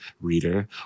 reader